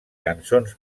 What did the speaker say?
cançons